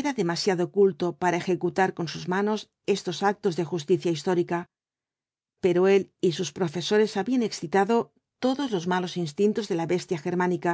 era demasiado culto para ejecutar con sus manos estos actos de justicia histórica pero él y sus profesores habían excitado todos los malos instintos de la bestia germánica